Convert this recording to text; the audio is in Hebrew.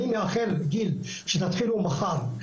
אני מאחל שתתחילו מחר,